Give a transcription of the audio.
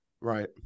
Right